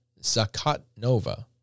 Zakatnova